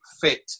fit